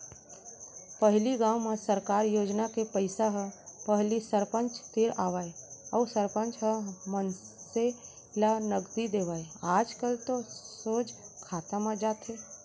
पहिली गाँव में सरकार योजना के पइसा ह पहिली सरपंच तीर आवय अउ सरपंच ह मनसे ल नगदी देवय आजकल तो सोझ खाता म जाथे